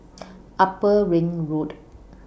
Upper Ring Road